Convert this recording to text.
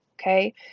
Okay